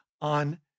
on